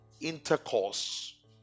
intercourse